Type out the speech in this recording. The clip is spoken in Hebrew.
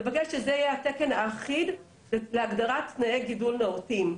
אני מבקשת שזה יהיה התקן האחיד להגדרת תנאי גידול נאותים.